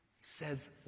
says